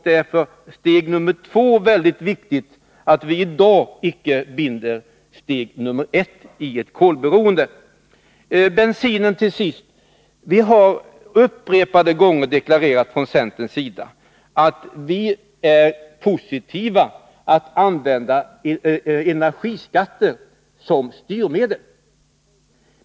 Därför är det mycket viktigt att vi icke i dag binder steg 1 vid ett kolberoende. Till sist om bensinen. Från centerns sida har upprepade gånger deklarerats att vi är positiva till att använda energiskatter som styrmedel.